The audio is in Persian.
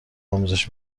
آموزش